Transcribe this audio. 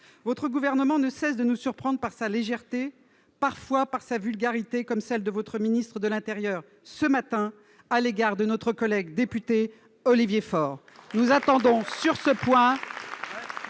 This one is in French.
Votre gouvernement ne cesse de nous surprendre par sa légèreté, parfois par sa vulgarité, à l'instar de celle que votre ministre de l'intérieur a manifestée, ce matin, à l'égard de notre collègue Olivier Faure. Nous attendons, sur ce point,